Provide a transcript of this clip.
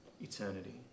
Eternity